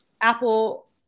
Apple